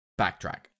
backtrack